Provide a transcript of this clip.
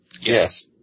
Yes